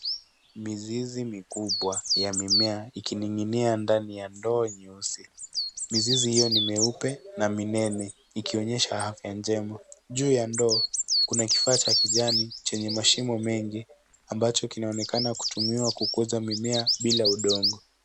Mizizi mikubwa ya mimea ikining'inia ndani ya ndoo nyeusi. Mizizi hiyo ni myeupe na minene ikionyesha afya njema. Juu ya ndoo kuna kifaa cha majani chenye mashimo mengi ambacho kinaonekana kukuza mimea bila udongo.